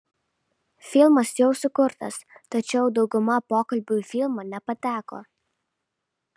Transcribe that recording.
filmas jau sukurtas tačiau dauguma pokalbių į filmą nepateko